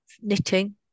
knitting